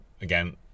again